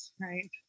right